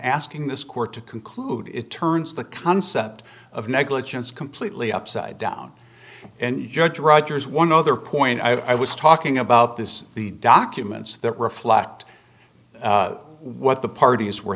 asking this court to conclude it turns the concept of negligence completely upside down and judge rogers one other point i was talking about this the documents that reflect what the parties were